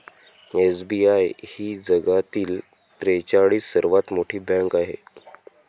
SBI ही जगातील त्रेचाळीस सर्वात मोठी बँक आहे